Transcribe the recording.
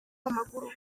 w’amaguru